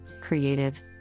creative